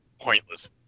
pointless